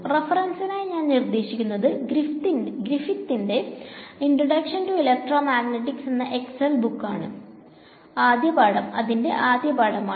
റഫറൻസിനായി ഞാൻ നിർദേശിക്കുന്നത് ഗ്രിഫിത്തിന്റെGrifths ഇൻട്രോഡക്ഷൻ ടു എലെക്ട്രോഡൈനാമിക്സ് എന്ന ബുക്കിന്റെ ആദ്യം പാഠം ആണ്